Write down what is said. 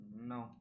No